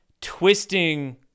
twisting